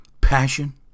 Passion